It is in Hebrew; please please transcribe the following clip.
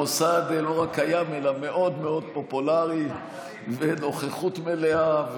המוסד לא רק קיים אלא מאוד מאוד פופולרי והנוכחות מלאה,